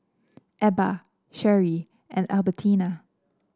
Ebba Sherie and Albertina